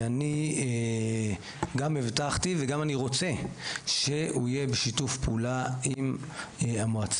ואני גם הבטחתי וגם אני רוצה שהוא יהיה בשיתוף פעולה עם המועצה,